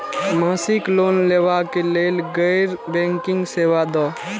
मासिक लोन लैवा कै लैल गैर बैंकिंग सेवा द?